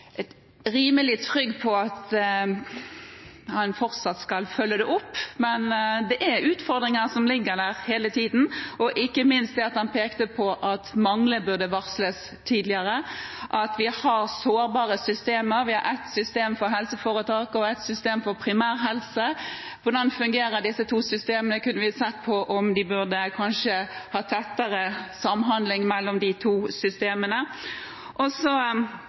han fortsatt skal følge det opp. Men det er utfordringer som ligger der hele tiden, ikke minst det han pekte på om at mangler burde varsles tidligere, og at vi har sårbare systemer. Vi har et system for helseforetak og et system for primærhelse – hvordan fungerer disse to systemene, og kunne vi sett på om det burde være tettere samhandling mellom de to systemene? Og